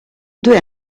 due